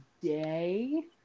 Day